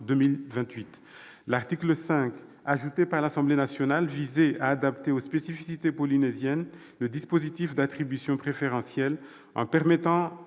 L'article 5, ajouté par l'Assemblée nationale, visait à adapter aux spécificités polynésiennes le dispositif d'attribution préférentielle. On permettrait